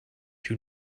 you